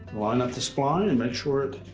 line up the spline and make sure it